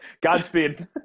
Godspeed